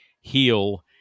heal